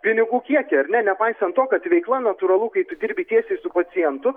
pinigų kiekį ar ne nepaisant to kad veikla natūralu kaip tu dirbi tiesiai su pacientu